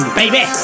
baby